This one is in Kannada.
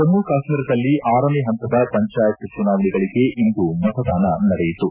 ಜಮ್ನು ಕಾಶ್ಮೀರದಲ್ಲಿ ಆರನೇ ಹಂತದ ಪಂಚಾಯತ್ ಚುನಾವಣೆಗಳಿಗೆ ಇಂದು ಮತದಾನ ನಡೆಯಿತು